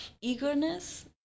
eagerness